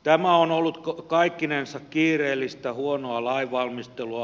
tämä on ollut kaikkinensa kiireellistä huonoa lainvalmistelua